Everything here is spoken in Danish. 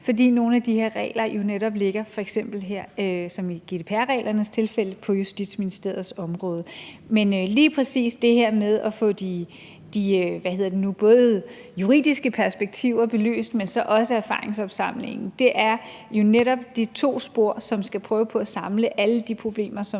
fordi nogle af de her regler ligger som f.eks. her i GDPR-reglernes tilfælde på Justitsministeriets område. Men lige præcis det her med at få både de juridiske perspektiver belyst, men også erfaringsopsamlingen, er jo netop de to spor, som skal prøve på at samle alle de problemer,